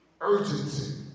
Urgency